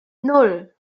nan